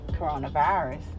coronavirus